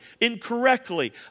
incorrectly